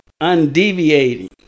undeviating